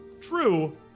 true